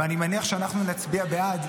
אני מניח שאנחנו נצביע בעד,